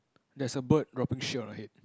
there's a bird dropping shit on her head